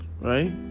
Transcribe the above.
Right